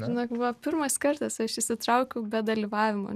žinok buvo pirmas kartas aš įsitraukiau be dalyvavimo